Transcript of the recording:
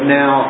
now